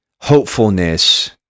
hopefulness